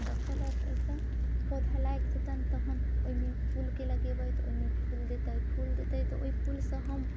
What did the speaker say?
तेकर बाद एकदम पौधा लागि जेतनि तखनि ओहिमे फूलके लगेबै तऽ ओहिमे फूल देतै फूल देतै तऽ ओहि फूल से हम